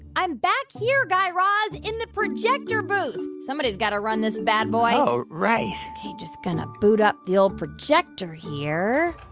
i'm back here, guy raz, in the projector booth. somebody's got to run this bad boy oh, right ok. just going to boot up the old projector here.